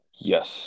Yes